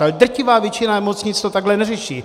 Ale drtivá většina nemocnit to takhle neřeší.